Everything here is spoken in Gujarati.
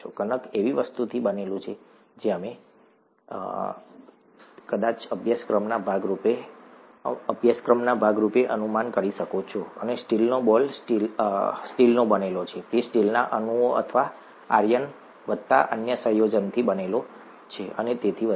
કણક એવી વસ્તુથી બનેલું છે જે અમે કરીશું જે તમે કદાચ આ અભ્યાસક્રમના ભાગ રૂપે અનુમાન કરી શકશો અને સ્ટીલનો બોલ સ્ટીલનો બનેલો છે તે સ્ટીલના અણુઓ અથવા આયર્ન વત્તા અન્ય સંયોજનોથી બનેલો છે અને તેથી વધુ